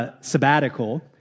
sabbatical